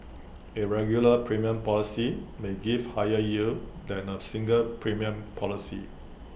A regular premium policy may give higher yield than A single premium policy